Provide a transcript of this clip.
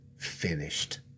finished